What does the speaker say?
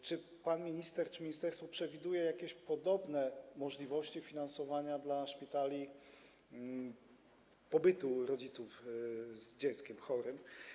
Czy pan minister, czy ministerstwo przewiduje podobne możliwości finansowania dla szpitali pobytu rodziców z dzieckiem chorym?